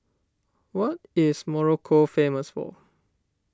what is Morocco famous for